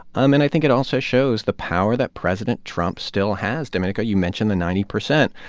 um and i think it also shows the power that president trump still has domenico, you mentioned the ninety percent.